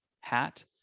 hat